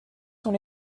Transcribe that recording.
sont